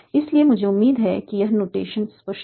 इसलिए मुझे उम्मीद है कि यह नोटेशन स्पष्ट है